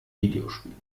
videospiele